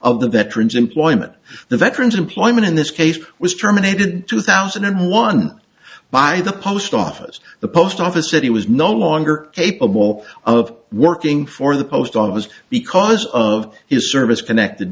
of the veterans employment the veterans employment in this case was terminated two thousand and one by the post office the post office that he was no longer capable of working for the post office because of his service connected